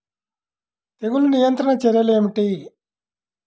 తెగులు నియంత్రణ చర్యలు ఏమిటి?